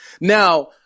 Now